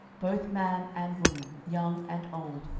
both man and woman, young and old,